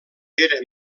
era